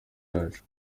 yacu